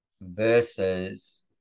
versus